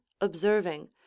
observing